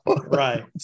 Right